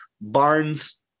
Barnes